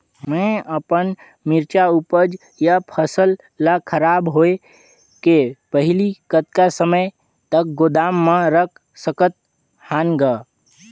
मैं अपन मिरचा ऊपज या फसल ला खराब होय के पहेली कतका समय तक गोदाम म रख सकथ हान ग?